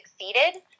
succeeded